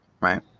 right